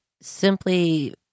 simply